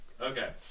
Okay